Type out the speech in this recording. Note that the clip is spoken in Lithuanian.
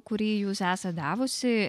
kurį jūs esat davusi